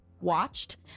watched